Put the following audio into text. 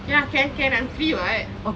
ya can can I'm free [what]